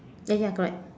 eh ya correct